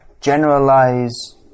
generalize